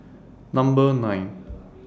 Number nine